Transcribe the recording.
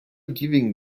giving